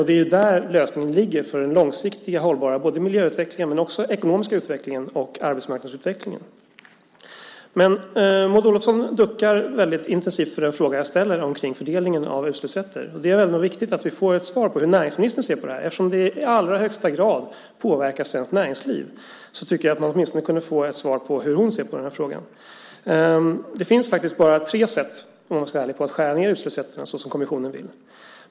Det är där lösningen ligger för den långsiktigt hållbara miljöutvecklingen men också ekonomiska utvecklingen och utvecklingen av arbetsmarknaden. Maud Olofsson duckar intensivt för den fråga jag ställer om fördelningen av utsläppsrätter. Det är ändå viktigt att vi får svar på hur näringsministern ser på detta eftersom detta i allra högsta grad påverkar svenskt näringsliv. Åtminstone kunde vi få ett svar på hur hon ser på frågan. Det finns bara tre sätt att skära ned utsläppsrätterna på på det sätt kommissionen vill.